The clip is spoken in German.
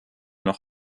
noch